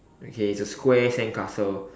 okay it's a square sandcastle